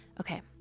Okay